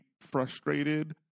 frustrated